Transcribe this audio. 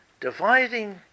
dividing